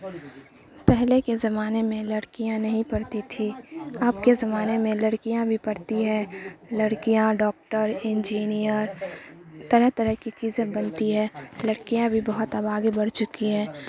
پہلے کے زمانے میں لڑکیاں نہیں پڑتی تھیں اب کے زمانے میں لڑکیاں بھی پڑتی ہیں لڑکیاں ڈاکٹر انجینئر طرح طرح کی چیزیں بنتی ہیں لڑکیاں بھی بہت آب آگے بڑھ چکی ہیں